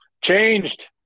changed